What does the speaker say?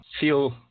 feel